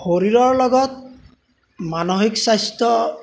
শৰীৰৰ লগত মানসিক স্বাস্থ্য